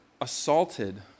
assaulted